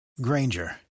Granger